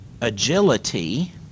agility